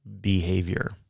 behavior